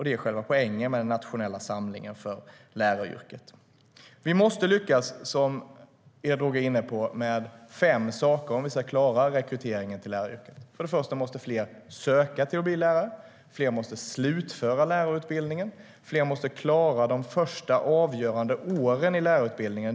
Det är själva poängen med den nationella samlingen för läraryrket. Som Ida Drougge är inne på måste vi lyckas med fem saker om vi ska klara rekryteringen till läraryrket. För det första måste fler söka för att bli lärare, för det andra måste fler slutföra lärarutbildningen och för det tredje måste fler klara de första, avgörande åren i lärarutbildningen.